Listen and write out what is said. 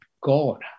God